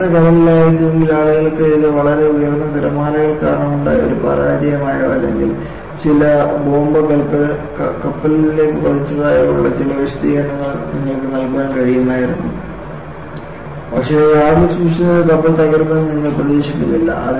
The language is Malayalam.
കനത്ത കടലിൽ ആയിരുന്നുവെങ്കിൽ ആളുകൾ ഇത് വളരെ ഉയർന്ന തിരമാലകൾ കാരണം ഉണ്ടായ ഒരു പരാജയം ആയോ അല്ലെങ്കിൽ ചില ബോംബ് കപ്പലിലേക്ക് പതിച്ചതായോ ഉള്ള ചില വിശദീകരണങ്ങൾ നിങ്ങൾക്ക് നൽകാൻ കഴിയുമായിരുന്നു പക്ഷേ യാർഡിൽ സൂക്ഷിച്ചിരിക്കുന്ന ഒരു കപ്പൽ തകരുമെന്ന് നിങ്ങൾ പ്രതീക്ഷിക്കുന്നില്ല